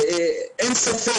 אין ספק,